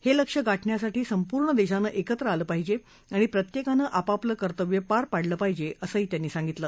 हे लक्ष्य गाठण्यासाठी संपूर्ण देशानं एकत्र आलं पाहिजे आणि प्रत्येकानं आपापलं कर्तव्य पार पाडलं पहिजे असंही ते म्हणाले